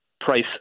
price